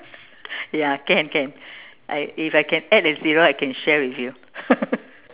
ya can can I if I can add a zero I can share with you